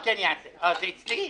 אה, זה אצלי?